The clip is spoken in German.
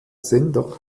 sender